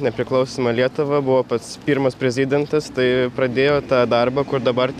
nepriklausomą lietuvą buvo pats pirmas prezidentas tai pradėjo tą darbą kur dabar